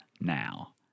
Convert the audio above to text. now